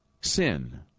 sin